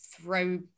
throw